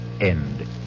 end